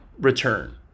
return